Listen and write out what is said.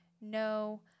No